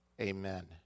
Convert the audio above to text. amen